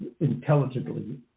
intelligently